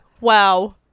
Wow